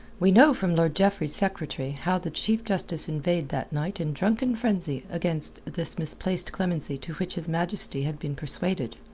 we know from lord jeffreys's secretary how the chief justice inveighed that night in drunken frenzy against this misplaced clemency to which his majesty had been persuaded.